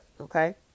Okay